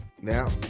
now